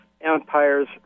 empires